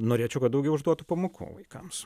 norėčiau kad daugiau užduotu pamokų vaikams